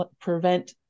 prevent